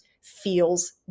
feels